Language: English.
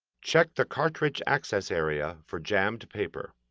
check the cartridge access area for jammed paper.